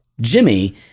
Jimmy